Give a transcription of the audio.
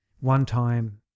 one-time